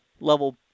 level